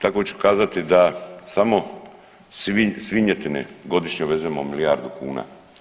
Tako ću kazati da samo svinjetine godišnje uvezemo milijardu kuna.